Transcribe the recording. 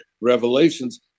revelations